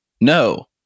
No